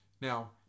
Now